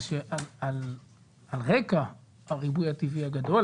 שעל רקע הריבוי הטבעי הגדול,